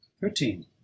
thirteen